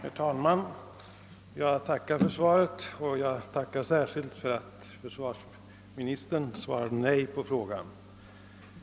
Herr talman! Jag tackar för svaret och särskilt för att försvarsministern svarat nej.